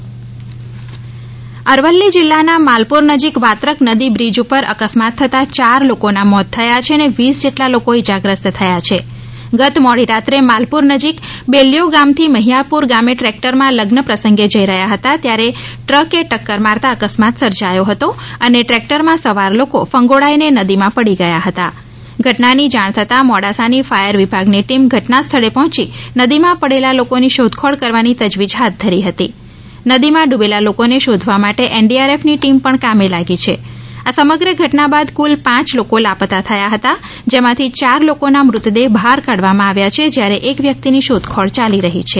અકસ્માત અરવલ્લી જિલ્લાના માલપુર નજીક વાત્રક નદી બ્રિજ પર અકસ્માત થતાં ચાર લોકોના મોત થયા છે અને વીસ જેટલા લોકો ઇજાગ્રસ્ત થયા છે ગત મોડી રાત્રે માલપુર નજીક બેલ્યો ગામથી મહિથાપુર ગામે ટ્રેક્ટરમાં લગ્ન પ્રસંગે જઇ રહ્યા હતા અને ઘટનાની જાણ થતાં મોડાસાની ફાયર વિભાગની ટીમ ઘટના સ્થળે પહોંચી નદીમાં પડેલા લોકોની શોધખોળ કરવાની તજવીજ હાથ ધરી હતી નદીમાં ડૂબેલા લોકોને શોધવા માટે એનડીઆરએફની ટીમ પણ કામે લાગી છે આ સમગ્ર ઘટના બાદ કુલ પાંચ લોકો લાપતા થયા હતા જેમાં ચાર લોકોના મૃતદેહ બહાર કાઠવામાં આવ્યા છે જ્યારે એક વ્યક્તિની શોધખોળ ચાલી રહી છે